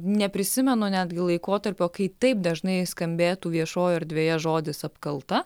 neprisimenu netgi laikotarpio kai taip dažnai skambėtų viešojoj erdvėje žodis apkalta